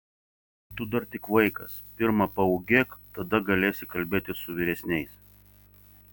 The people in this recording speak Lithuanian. tu dar tik vaikas pirma paūgėk tada galėsi kalbėti su vyresniais